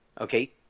Okay